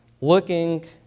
looking